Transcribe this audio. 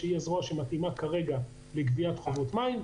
שהיא הזרוע שמתאימה כרגע לגביית חובות מים,